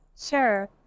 Sure